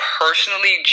personally